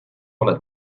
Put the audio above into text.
oled